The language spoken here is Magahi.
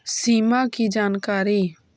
सिमा कि जानकारी?